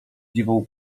dziwą